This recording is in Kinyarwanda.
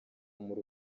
muri